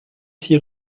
six